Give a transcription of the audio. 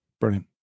Brilliant